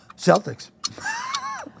Celtics